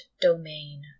domain